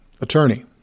Attorney